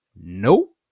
Nope